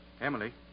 Emily